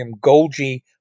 Golgi